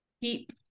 Keep